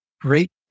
great